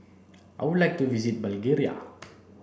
I would like to visit Bulgaria